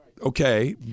okay